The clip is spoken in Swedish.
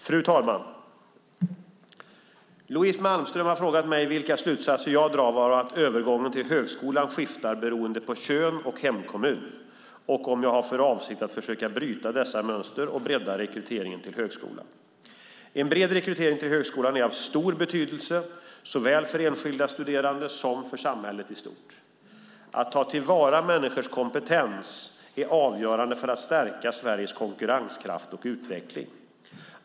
Fru talman! Louise Malmström har frågat mig vilka slutsatser jag drar av att övergången till högskolan skiftar beroende på kön och hemkommun och om jag har för avsikt att försöka bryta dessa mönster och bredda rekryteringen till högskolan. En bred rekrytering till högskolan är av stor betydelse såväl för enskilda studerande som för samhället i stort. Att ta till vara människors kompetens är avgörande för att stärka Sveriges konkurrenskraft och utveckling.